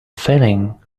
feeling